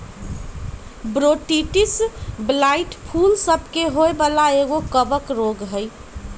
Botrytis blight फूल सभ के होय वला एगो कवक रोग हइ